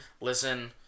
Listen